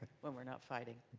when we are not fighting.